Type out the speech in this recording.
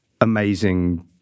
amazing